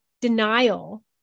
denial